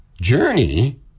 journey